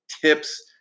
tips